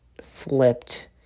flipped